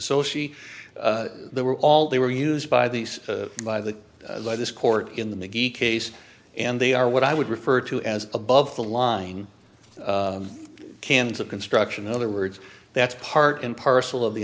so she they were all they were used by these by the by this court in the case and they are what i would refer to as above the line cans of construction in other words that's part and parcel of the